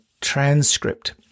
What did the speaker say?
transcript